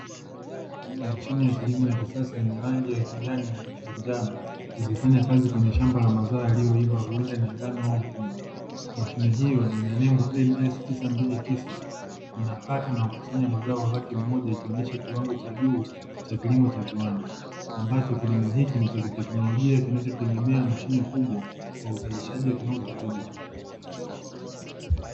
Mashine ya kilimo ya kisasa yenye rangi ya kijani na kiti cha njano, inafanya kazi kwenye shamba la mazao yaliyoiva huenda ni ngano au mpunga, mashine hiyo ina nembo "NS929" inakata na kukusanya mazao kwa wakati mmoja, ikionyesha kiwango cha juu cha kilimo cha viwanda, ambacho kilimo hiki ni cha kiteknolojia kinachotegemea mashine kubwa kwa uzalishaji wa kiwango kikubwa.